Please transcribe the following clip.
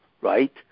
right